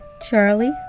Charlie